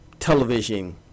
television